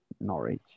Norwich